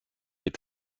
est